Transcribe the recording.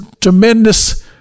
tremendous